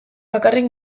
bakarrik